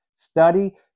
Study